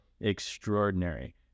extraordinary